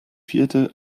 vierte